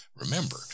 remember